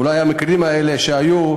אולי המקרים האלה שהיו,